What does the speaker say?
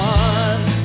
one